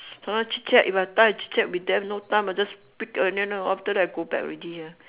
!huh! chit-chat if I have time chit-chat with them no time I just pick and then after that I go back already ah